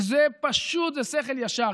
וזה פשוט ושכל ישר.